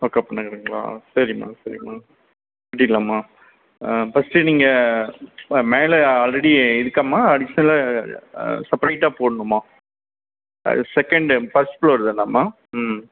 நகருங்களா சரிங்கம்மா சரிங்கம்மா கட்டிடலாம்மா பர்ஸ்ட்டு நீங்கள் மேலே ஆல்ரெடி இருக்காம்மா அடிஷனலாக செப்பரேட்டாக போடணுமா அது செகன்ட் ஃபர்ஸ்ட் ஃபுளோரு தானேம்மா